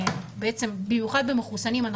ובמיוחד במחוסנים,